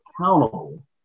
accountable